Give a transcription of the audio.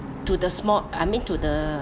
to the small I mean to the